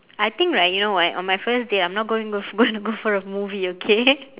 I think right you know what on my first date I'm not going to go going to for a movie okay